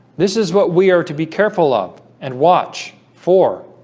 this is what we are to be careful of and watch for